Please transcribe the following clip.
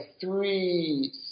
three